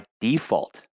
default